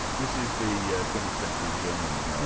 this is the twentieth century german,